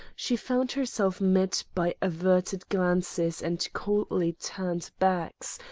she found herself met by averted glances and coldly turned backs,